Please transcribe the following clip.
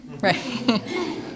Right